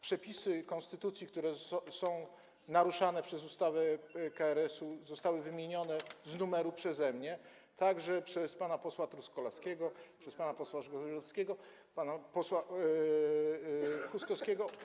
Przepisy konstytucji, które są naruszane przez ustawę o KRS, zostały wymienione z numeru przeze mnie, a także przez pana posła Truskolaskiego, pana posła Zgorzelskiego i pana posła Huskowskiego.